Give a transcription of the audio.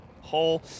hole